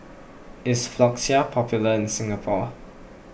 is Floxia popular in Singapore